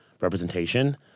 representation